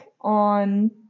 on